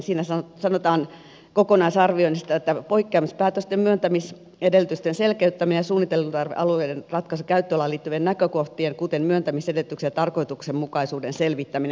siinä sanotaan kokonaisarvioinnista että poikkeamispäätösten myöntämis edellytysten selkeyttäminen ja suunnittelutarvealueiden ratkaisu käyttöalaan liittyvien näkökohtien kuten myöntämisedellytyksien ja tarkoituksenmukaisuuden selvittäminen